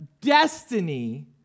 destiny